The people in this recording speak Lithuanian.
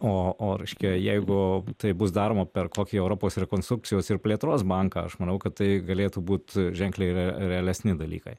o o reiškia jeigu tai bus daroma per kokį europos rekonstrukcijos ir plėtros banką aš manau kad tai galėtų būt ženkliai realesni dalykai